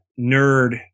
nerd